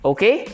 Okay